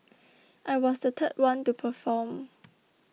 I was the third one to perform